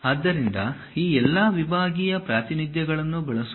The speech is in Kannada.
ಆದ್ದರಿಂದ ಈ ಎಲ್ಲಾ ವಿಭಾಗೀಯ ಪ್ರಾತಿನಿಧ್ಯಗಳನ್ನು ಬಳಸುವುದು